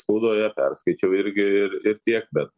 spaudoje perskaičiau irgi ir ir tiek bet